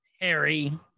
Harry